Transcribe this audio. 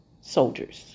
soldiers